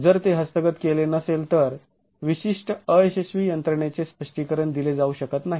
जर ते हस्तगत केले नसेल तर विशिष्ट अयशस्वी यंत्रणेचे स्पष्टीकरण दिले जाऊ शकत नाही